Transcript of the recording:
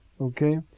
Okay